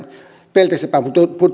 peltisepän